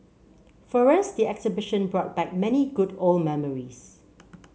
for us the exhibition brought back many good old memories